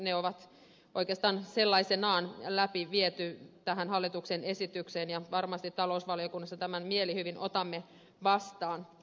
ne on oikeastaan sellaisenaan läpi viety tähän hallituksen esitykseen ja varmasti talousvaliokunnassa tämän mielihyvin otamme vastaan